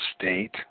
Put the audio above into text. state